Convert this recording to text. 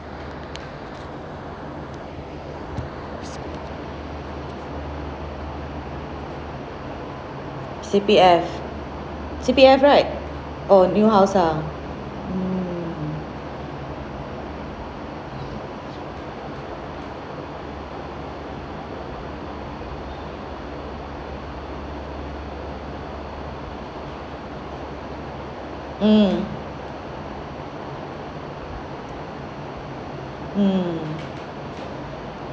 C_P_F C_P_F right oh new house ah mm mm mm